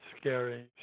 scary